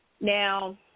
Now